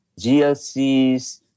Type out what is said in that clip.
GLCs